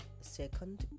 second